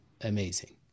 amazing